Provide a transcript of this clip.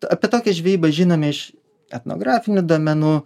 apie tokią žvejybą žinome iš etnografinių duomenų